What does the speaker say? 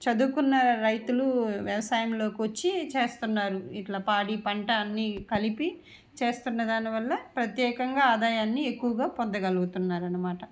చదువుకున్న రైతులు వ్యవసాయంలోకి వచ్చి చేస్తున్నారు ఇట్ల పాడిపంట అన్ని కలిపి చేస్తున్న దానివల్ల ప్రత్యేకంగా ఆదాయాన్ని ఎక్కువగా పొందగలుగుతున్నారు అన్నమాట